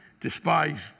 despise